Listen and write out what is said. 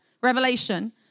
revelation